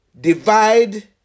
divide